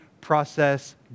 process